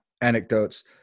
anecdotes